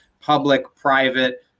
public-private